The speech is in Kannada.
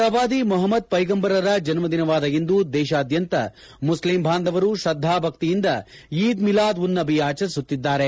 ಪ್ರವಾದಿ ಮೊಹಮ್ಮದ್ ಪೈಗಂಬರರ ಜನ್ನ ದಿನವಾದ ಇಂದು ದೇಶಾದ್ಯಂತ ಮುಸ್ಲಿಂ ಬಾಂಧವರು ಶ್ರದ್ದಾ ಭಕ್ತಿಯಿಂದ ಈದ್ ಮಿಲಾದ್ ಉನ್ ನಬಿ ಆಚರಿಸುತ್ತಿದ್ದಾರೆ